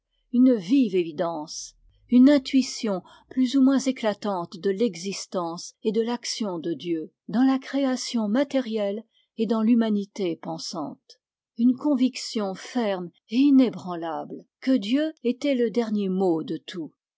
une vive évidence une intuition plus ou moins éclatante de l'existence et de l'action de dieu dans la création matérielle et dans l'humanité pensante une conviction ferme et inébranlable que dieu était le dernier mot de tout